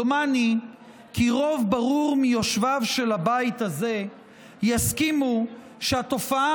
דומני כי רוב ברור מיושביו של הבית הזה יסכימו שהתופעה